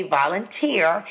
volunteer